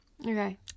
Okay